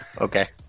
Okay